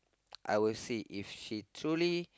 I will see if she truly